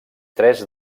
tres